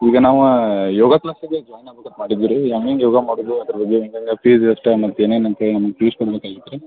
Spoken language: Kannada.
ಈಗ ನಾವು ಯೋಗ ಕ್ಲಾಸಿಗೆ ಜಾಯ್ನ್ ಆಗ್ಬೇಕಂತ ಮಾಡಿದ್ದು ರೀ ಯೋಗ ಮಾಡುದು ಅದ್ರ ಬಗ್ಗೆ ಹೆಂಗೆಂಗೆ ಫೀಸ್ ಎಷ್ಟು ಮತ್ತು ಏನೇನು ಅಂತ್ಹೇಳಿ ನಮ್ಗೆ ತಿಳ್ಸ್ಕೊಡ್ಬೇಕ್ಕಾಗಿತ್ತು ರೀ